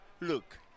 Look